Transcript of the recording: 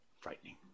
Frightening